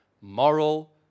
moral